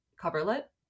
coverlet